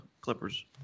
Clippers